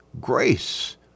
grace